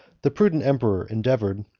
the prudent emperor endeavored,